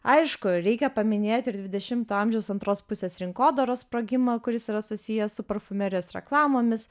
aišku reikia paminėti ir dvidešimto amžiaus antros pusės rinkodaros sprogimą kuris yra susijęs su parfumerijos reklamomis